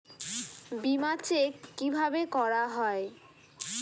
বিমা চেক কিভাবে করা হয়?